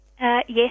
Yes